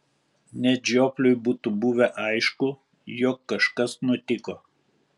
net žiopliui būtų buvę aišku jog kažkas nutiko